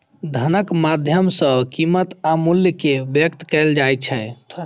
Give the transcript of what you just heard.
धनक माध्यम सं कीमत आ मूल्य कें व्यक्त कैल जाइ छै